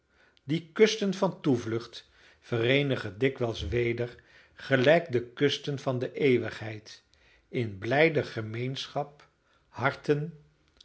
die kusten van toevlucht vereenigen dikwijls weder gelijk de kusten van de eeuwigheid in blijde gemeenschap harten